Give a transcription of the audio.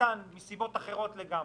קטן מסיבות אחרות לגמרי.